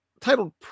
titled